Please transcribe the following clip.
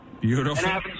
Beautiful